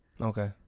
Okay